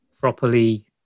properly